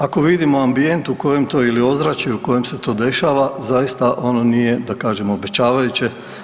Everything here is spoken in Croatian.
Ako vidimo ambijent u kojem to ili ozračuju u kojem se to dešava zaista ono nije da kažem obećavajuće.